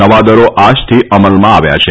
નવા દરો આજથી અમલમાં આવ્યા છે